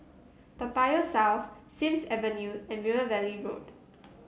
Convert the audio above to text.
Toa Payoh South Sims Avenue and River Valley Road